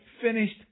finished